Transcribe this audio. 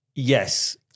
Yes